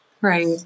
Right